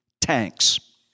Tanks